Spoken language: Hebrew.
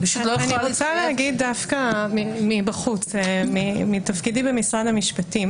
אני רוצה לומר מבחוץ, מתפקידי במשרד המשפטים